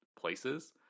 places